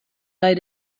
bei